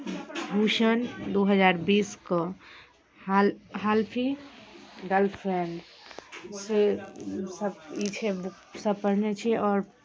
भूषण दू हजार बीसके हाल हाल फील गर्ल फ़्रेंड से सभ छै ईसभ बुकसभ पढ़ने छी आओर